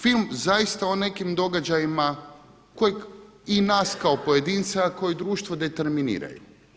Film zaista o nekim događajima kojeg i nas kao pojedinca koji društvo determiniraju.